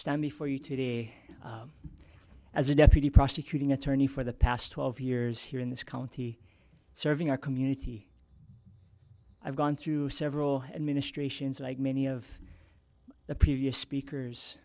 stand before you today as a deputy prosecuting attorney for the past twelve years here in this county serving our community i've gone through several administrations like many of the previous speakers